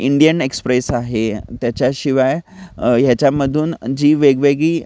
Indian Express आहे त्याच्याशिवाय ह्याच्यामधून जी वेगवेगळी